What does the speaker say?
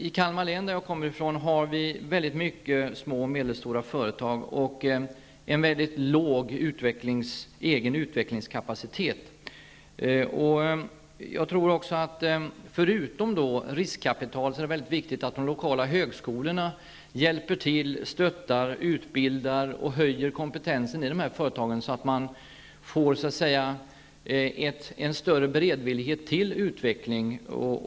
I Kalmar län, som jag kommer ifrån, finns många små och medelstora företag och en mycket låg egen utvecklingskapacitet. Förutom att det behövs riskkapital är det mycket viktigt att de lokala högskolorna hjälper till, stöttar, utbildar och höjer kompetensen i företagen, så att man får en större beredvillighet till utveckling.